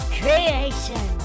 creation